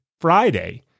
Friday